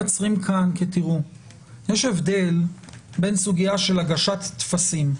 יש הבדל בין סוגיה של הגשת טפסים.